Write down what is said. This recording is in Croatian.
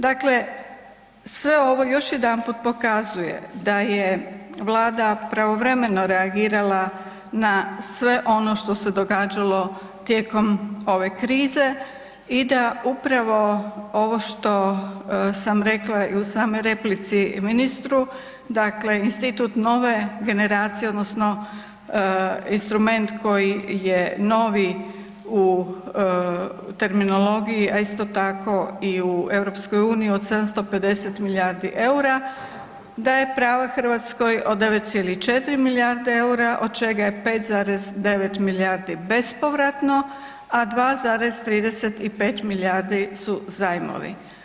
Dakle, sve ovo još jedanput pokazuje da je Vlada pravovremeno reagirala na sve ono što se događalo tijekom ove krize i da upravo ovo što sam rekla i u samoj replici ministru, dakle institut nove generacije odnosno instrument koji je novi u terminologiji, a isto tako i u EU od 750 milijardi eura daje pravo Hrvatskoj od 9,4 milijardi eura od čega je 5,9 milijardi bespovratno, a 2,35 milijardi su zajmovi.